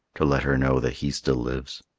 to let her know that he still lives.